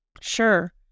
Sure